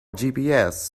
gps